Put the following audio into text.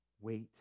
wait